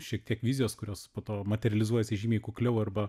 šiek tiek vizijos kurios po to materializuojasi žymiai kukliau arba